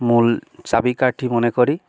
মূল চাবিকাঠি মনে করি